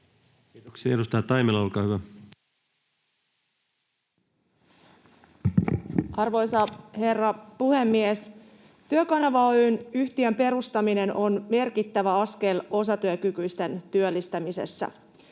Kiitoksia. — Edustaja Taimela, olkaa hyvä. Arvoisa herra puhemies! Työkanava Oy ‑yhtiön perustaminen on merkittävä askel osatyökykyisten työllistämisessä.